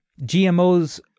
GMOs